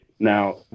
Now